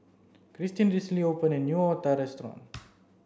Kristin recently opened a new Otah restaurant